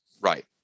Right